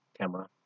camera